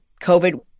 COVID